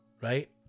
right